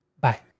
Bye